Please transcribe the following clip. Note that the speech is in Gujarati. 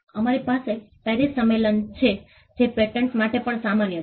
અમારી પાસે પેરિસ સંમેલન છે જે પેટર્ન માટે પણ સામાન્ય છે